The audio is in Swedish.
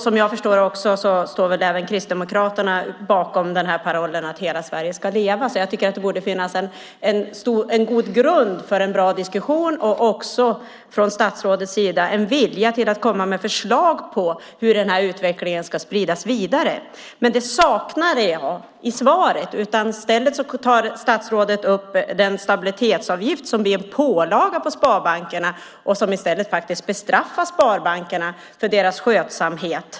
Vad jag förstår står även Kristdemokraterna bakom parollen att hela Sverige ska leva, så jag tycker att det borde finnas en god grund för en bra diskussion och också från statsrådets sida en vilja att komma med förslag på hur denna utveckling ska spridas vidare. Det saknade jag dock i svaret. Statsrådet tar i stället upp den stabilitetsavgift som blir en pålaga på sparbankerna och faktiskt bestraffar dem för deras skötsamhet.